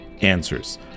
answers